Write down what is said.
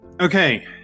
Okay